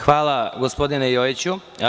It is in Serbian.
Hvala, gospodine Jojiću.